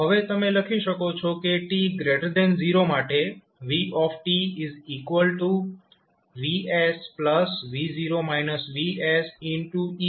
તો હવે તમે લખી શકો છો કે t0 માટે vVs e t છે